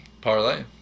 Parlay